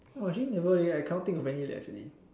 oh actually never leh I cannot think of any actually